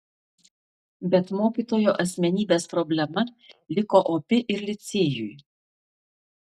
bet mokytojo asmenybės problema liko opi ir licėjui